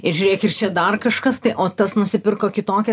ir žiūrėk ir čia dar kažkas tai o tas nusipirko kitokią